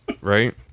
right